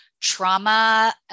trauma